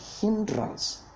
hindrance